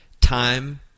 time